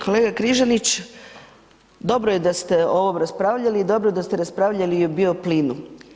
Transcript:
Kolega Križanić, dobro je da ste o ovom raspravljali i dobro je da ste raspravljali o bioplinu.